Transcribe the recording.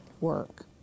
work